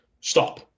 Stop